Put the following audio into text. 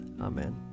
Amen